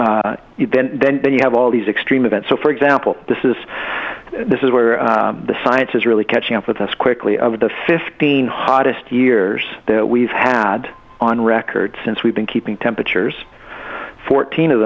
even then you have all these extreme events so for example this is this is where the science is really catching up with us quickly of the fifteen hottest years that we've had on record since we've been keeping temperatures fourteen of